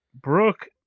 Brooke